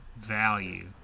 Value